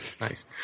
Nice